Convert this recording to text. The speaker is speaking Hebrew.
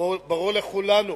ברור לכולנו